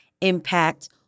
impact